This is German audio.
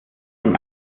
dem